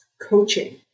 coaching